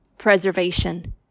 preservation